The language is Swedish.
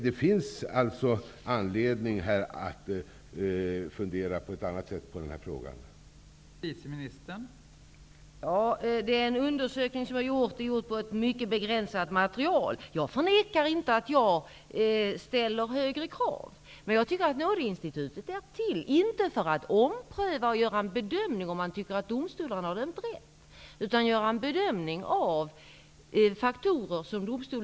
Det finns alltså anledning att fundera på den här frågan på ett annat sätt.